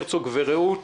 הרצוג ורעות